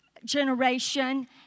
generation